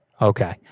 Okay